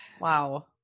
Wow